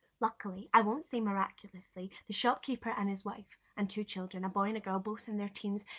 luckily, i won't say miraculously! the shopkeeper and his wife and two children, a boy and a girl, both in their teens,